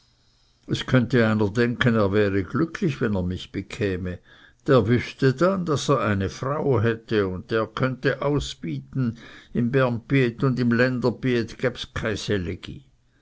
es könnte einer denken er wäre glücklich wenn er mich bekämte der wüßte dann daß er eine frau hätte und der könnte ausbieten im bernbiet und im